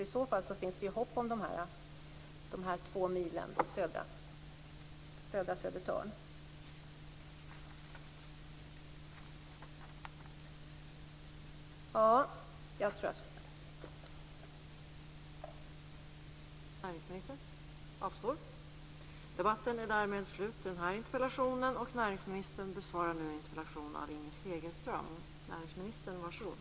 I så fall finns det hopp om de här två milen i södra Södertörn.